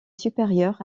supérieur